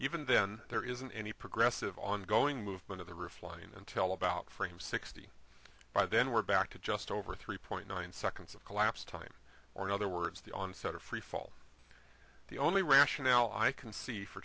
even then there isn't any progressive ongoing movement of the roof line until about frame sixty by then we're back to just over three point nine seconds of collapse time or in other words the onset of freefall the only rationale i can see for